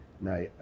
Now